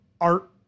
art